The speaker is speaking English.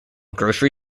grocery